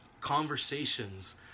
conversations